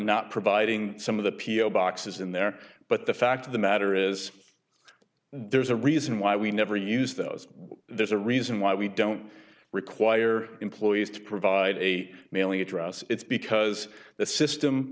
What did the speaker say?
not providing some of the p o box is in there but the fact of the matter is there's a reason why we never use those there's a reason why we don't require employers to provide a mailing address it's because the system